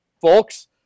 folks